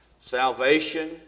Salvation